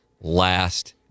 last